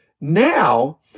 Now